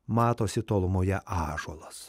matosi tolumoje ąžuolas